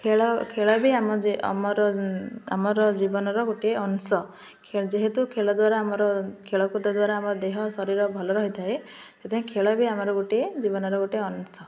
ଖେଳ ଖେଳ ବି ଆମ ଆମର ଆମର ଜୀବନର ଗୋଟିଏ ଅଂଶ ଯେହେତୁ ଖେଳ ଦ୍ୱାରା ଆମର ଖେଳକୁୁଦ ଦ୍ୱାରା ଆମ ଦେହ ଶରୀର ଭଲ ରହିଥାଏ ସେଥିପାଇଁ ଖେଳ ବି ଆମର ଗୋଟିଏ ଜୀବନର ଗୋଟେ ଅଂଶ